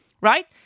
right